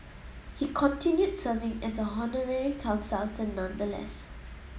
he continued serving as an honorary consultant nonetheless